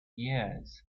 years